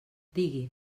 digui